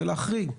זה להחריג.